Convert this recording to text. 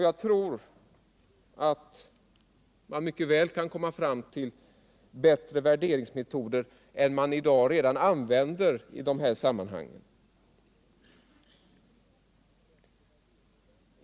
Jag tror att man mycket väl kan komma fram till bättre värderingsmetoder än man i dag har i de här sammanhangen.